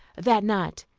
that night,